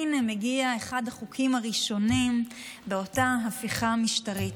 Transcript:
הינה מגיע אחד החוקים הראשונים באותה הפיכה משטרית.